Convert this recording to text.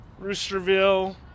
roosterville